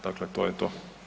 Dakle, to je to.